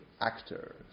actors